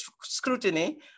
scrutiny